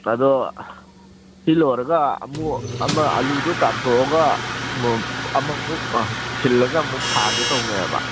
ꯑꯗꯣ ꯁꯤ ꯂꯣꯏꯔꯒ ꯑꯃꯨꯛ ꯑꯃ ꯑꯥꯜꯂꯨꯗꯣ ꯇꯥꯟꯊꯣꯛꯑꯒ ꯑꯃꯃꯨꯛ ꯁꯤꯜꯂꯒ ꯊꯥꯒꯦ ꯇꯧꯅꯦꯕ